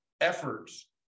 efforts